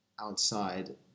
outside